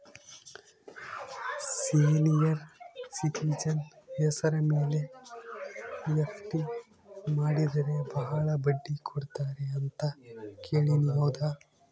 Senior citizen ಹೆಸರ ಮೇಲೆ FD ಮಾಡಿದರೆ ಬಹಳ ಬಡ್ಡಿ ಕೊಡ್ತಾರೆ ಅಂತಾ ಕೇಳಿನಿ ಹೌದಾ?